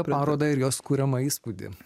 parodą ir jos kuriamą įspūdį